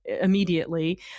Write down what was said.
immediately